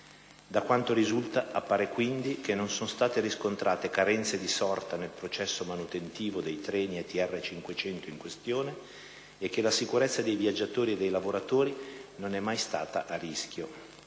Da quanto risulta appare quindi che non sono state riscontrate carenze di sorta nel processo manutentivo dei treni ETR 500 in questione e che la sicurezza di viaggiatori e lavoratori non è mai stata a rischio.